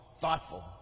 Thoughtful